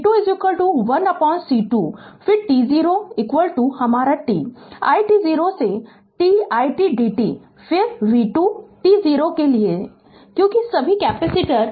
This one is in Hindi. इसी तरह v2 1C2 फिर t0 हमारा t it0 से t it dt फिर v2 t0 इस तरह से क्योंकि सभी कैपेसिटर श्रृंखला में हैं